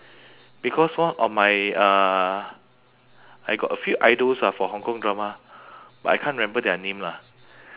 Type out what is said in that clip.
because one of my uh I got a few idols ah from hong kong drama but I can't remember their name lah